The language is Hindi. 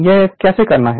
यह कैसे करना है